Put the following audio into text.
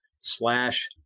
slash